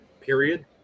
period